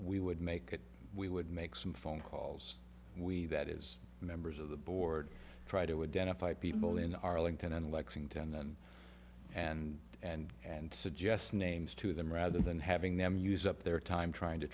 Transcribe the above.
we would make it we would make some phone calls we that is members of the board try to would benefit people in arlington and lexington and and and and suggest names to them rather than having them use up their time trying to